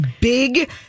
big